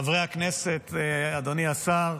חברי הכנסת, אדוני השר,